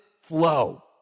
flow